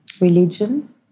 Religion